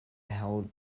held